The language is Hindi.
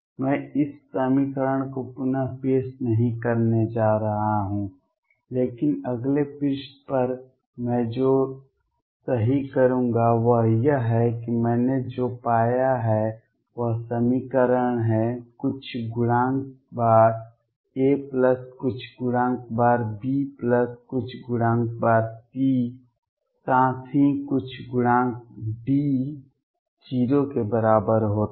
मैं इस समीकरण को पुन पेश नहीं करने जा रहा हूं लेकिन अगले पृष्ठ पर मैं जो सही करूंगा वह यह है कि मैंने जो पाया है वह समीकरण है कुछ गुणांक बार A प्लस कुछ गुणांक बार B प्लस कुछ गुणांक बार C साथ ही कुछ गुणांक बार D 0 के बराबर होता है